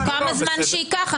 כמה זמן שייקח.